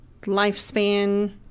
lifespan